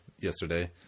yesterday